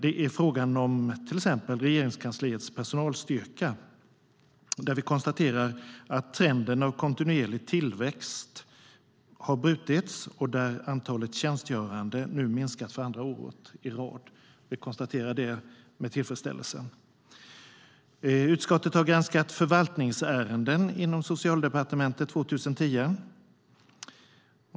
En fråga rör till exempel Regeringskansliets personalstyrka, där vi konstaterar att trenden av kontinuerlig tillväxt har brutits. Antalet tjänstgörande har nu minskat för andra året i rad. Vi konstaterar detta med tillfredsställelse. Utskottet har granskat förvaltningsärenden inom Socialdepartementet under 2010.